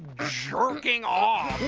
jerking off!